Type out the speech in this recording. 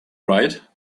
right